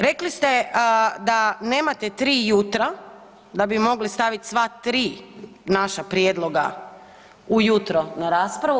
Rekli ste da nemate tri jutra da bi mogli staviti sva tri naša prijedloga u jutro na raspravu.